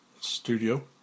Studio